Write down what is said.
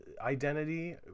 identity